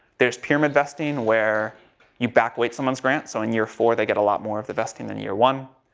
there's pyramid vesting where you back weight someone's grant, so in year four they get a lot more of the vesting than year one.